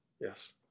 Yes